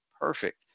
perfect